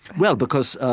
well, because, ah,